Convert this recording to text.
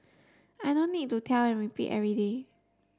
I don't need to tell and repeat every day